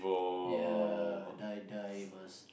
ya die die must